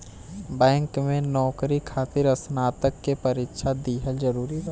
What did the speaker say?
Bank में नौकरी खातिर स्नातक के परीक्षा दिहल जरूरी बा?